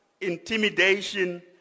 intimidation